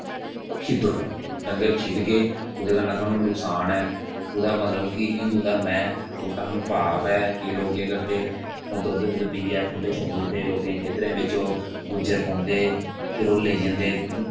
खिद्दो नेईं डंगर खिदगे ओहदे कन्नै सानू नुक्सान ऐ ओहदा मतलब कि हिंदू घर्म ऐ उलटा सानू पाप ऐ केंई लोक केह् करदे दुद्ध शुध पिऐ खुल्ले छड्डी ओड़दे लोकें दे खेतरे बिच ओह् गुज्जर पौंदे फिर ओह् लेई जंदे